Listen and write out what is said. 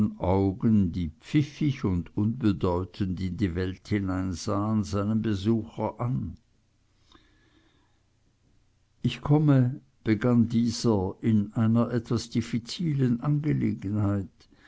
augen die pfiffig und unbedeutend in die welt hineinsahen seinen besucher an ich komme begann dieser in einer etwas diffizilen angelegenheit